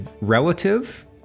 relative